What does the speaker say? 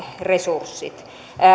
resurssit